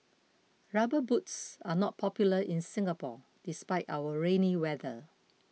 rubber boots are not popular in Singapore despite our rainy weather